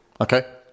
Okay